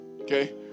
okay